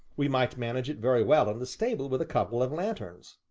we might manage it very well in the stable with a couple of lanthorns.